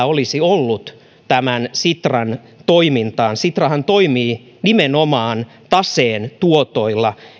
olisi ollut sitran toimintaan sitrahan toimii nimenomaan taseen tuotoilla